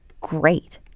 great